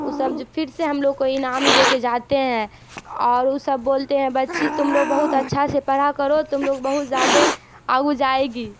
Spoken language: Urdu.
اس سب جو پھر سے ہم لوگ کو انعام دے کے جاتے ہیں اور وہ سب بولتے ہیں بچی تم لوگ بہت اچھا سے پڑھا کرو تم لوگ بہت زیادہ آگے جائے گی